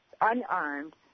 unarmed